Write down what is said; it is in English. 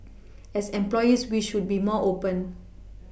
as employees we should be more open